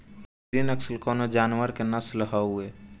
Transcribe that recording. गिरी नश्ल कवने जानवर के नस्ल हयुवे?